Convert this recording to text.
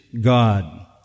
God